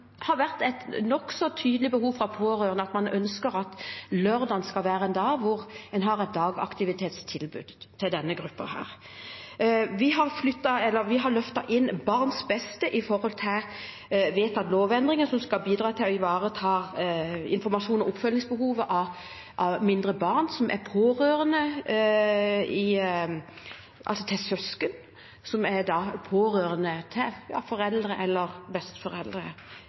har hos pårørende vært et nokså tydelig behov for og ønske om at lørdagen skal være en dag da en har et dagaktivitetstilbud til denne gruppen. Vi har løftet inn barns beste når det gjelder vedtatte lovendringer som skal bidra til å ivareta informasjon- og oppfølgingsbehovet til mindre barn som er pårørende, til søsken som er pårørende til foreldre eller